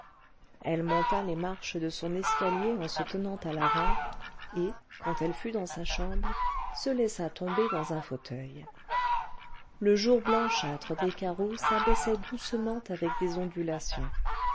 elle monta les marches de son escalier en se tenant à la rampe et quand elle fut dans sa chambre se laissa tomber dans un fauteuil le jour blanchâtre des carreaux s'abaissait doucement avec des ondulations